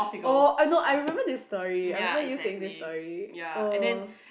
oh I know I remember this story I remember you saying this story